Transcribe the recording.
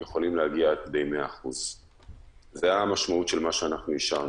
יכולים להגיע עד כדי 100%. זו המשמעות של מה שאישרנו.